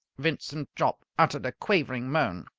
vincent jopp uttered a quavering moan,